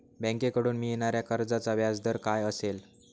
बँकेकडून मिळणाऱ्या कर्जाचा व्याजदर काय असेल?